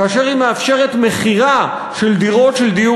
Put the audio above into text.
כאשר היא מאפשרת מכירה של דירות של דיור